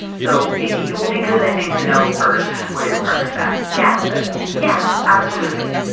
so it will be good, i think, to know first where your partner is at. yeah. if this yeah, absolutely.